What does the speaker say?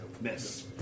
Miss